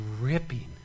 ripping